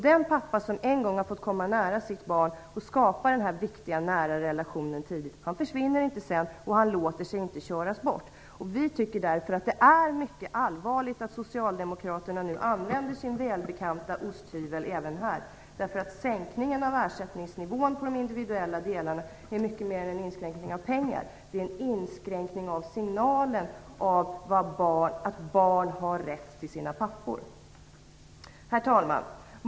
Den pappa som en gång har fått komma nära sitt barn och som tidigt har fått skapa den viktiga, nära relationen försvinner inte sedan. Han låter sig inte köras bort. Vi tycker därför att det är mycket allvarligt att socialdemokraterna använder sin välbekanta osthyvel även här. Sänkningen av ersättningsnivån på de individuella delarna är mycket mer än en inskränkning av pengar. Det är en inskränkning av signalen att barn har rätt till sina pappor. Herr talman!